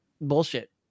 bullshit